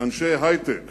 אנשי היי-טק